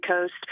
Coast